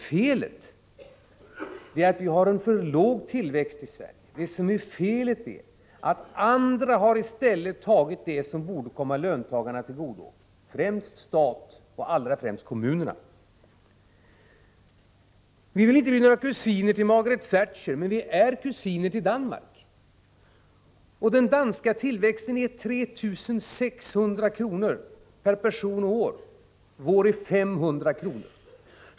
Felet är att vi har en för låg tillväxt i Sverige och att andra, främst staten och allra främst kommunerna, har tagit det som borde ha kommit löntagarna till godo. Vi vill inte bli några kusiner till Margaret Thatcher, men vi är kusiner med danskarna. Den danska tillväxten är 3 600 kr. per person och år. Vår är 500 kr.